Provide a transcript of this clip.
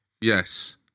Yes